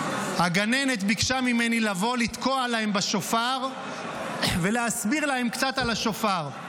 הגננת ביקשה ממני לבוא לתקוע להם בשופר ולהסביר להם קצת על השופר.